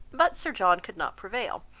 but sir john could not prevail.